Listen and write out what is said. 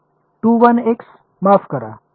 2 1 x माफ करा